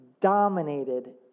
dominated